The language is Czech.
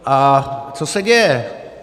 A co se děje?